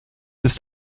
ist